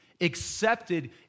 accepted